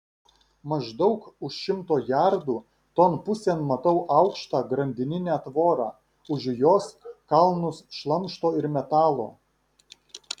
maždaug už šimto jardų ton pusėn matau aukštą grandininę tvorą už jos kalnus šlamšto ir metalo